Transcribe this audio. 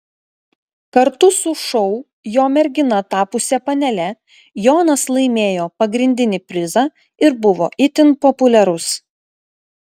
kartu su šou jo mergina tapusia panele jonas laimėjo pagrindinį prizą ir buvo itin populiarus